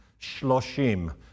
Shloshim